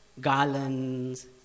garlands